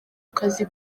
akazi